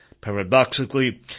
Paradoxically